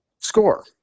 score